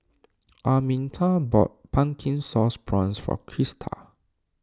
Arminta bought Pumpkin Sauce Prawns for Krista